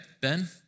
Ben